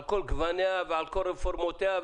על כל גווניה ועל כל רפורמותיה,